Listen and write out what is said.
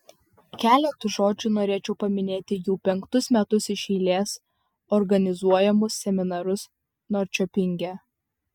keletu žodžių norėčiau paminėti jau penktus metus iš eilės organizuojamus seminarus norčiopinge